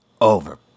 over